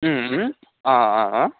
अँ